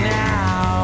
now